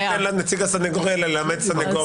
תיכף ניתן לנציג הסניגוריה ללמד סניגוריה.